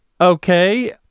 Okay